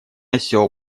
осел